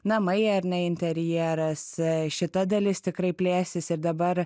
namai ar ne interjeras šita dalis tikrai plėsis ir dabar